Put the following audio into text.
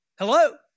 hello